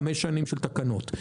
חמש שנים של תקנות.